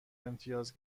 امتیاز